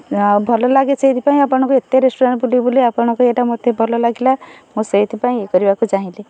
ଭଲ ଲାଗେ ସେଥିପାଇଁ ଆପଣଙ୍କୁ ଏତେ ରେଷ୍ଟୁରାଣ୍ଟ୍ ବୁଲି ବୁଲି ଆପଣଙ୍କ ଏଇଟା ମୋତେ ଭଲ ଲାଗିଲା ମୁଁ ସେଥିପାଇଁ ଇଏ କରିବାକୁ ଚାହିଁଲି